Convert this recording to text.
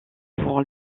pour